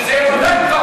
אז שזה יהיה 200 טונות.